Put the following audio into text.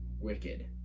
wicked